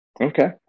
Okay